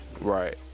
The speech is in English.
Right